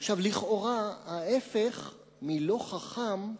לכאורה, "לא חכם"